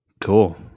Cool